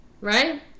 right